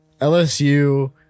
LSU